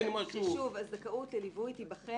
הזכאות לליווי תיבחן